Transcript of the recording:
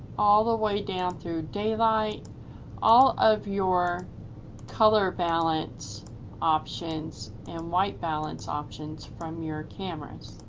all the way down through daylight all of your color balance options and white balance options for um your cameras.